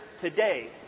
today